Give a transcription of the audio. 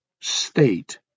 state